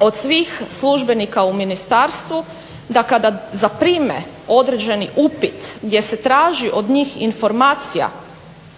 od svih službenika u ministarstvu da kada zaprime određeni upit gdje se traži od njih informacija